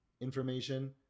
information